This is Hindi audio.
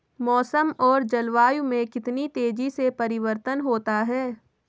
मौसम और जलवायु में कितनी तेजी से परिवर्तन होता है?